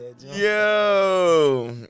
Yo